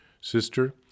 Sister